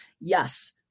Yes